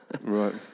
Right